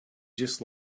just